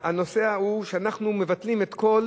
הנושא ההוא, שאנחנו מבטלים את כל